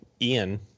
Ian